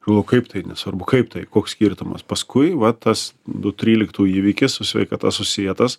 nu kaip tai nesvarbu kaip tai koks skirtumas paskui va tas du tryliktų įvykis su sveikata susietas